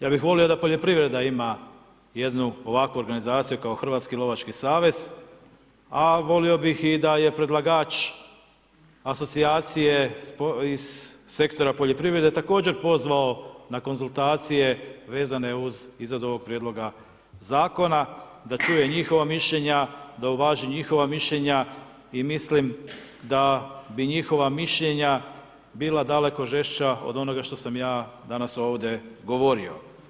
Ja bih volio da poljoprivreda ima jednu ovakvu organizaciju kao Hrvatski lovački savez, a volio bih i da je predlagač asocijacije iz sektora poljoprivrede također pozvao na konzultacije vezane uz izradu ovog prijedloga zakona, da čuje njihova mišljenja, da uvaži njihova mišljenja i mislim da bi njihova mišljenja bila daleko žešća od onoga što sam ja danas ovdje govorio.